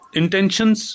intentions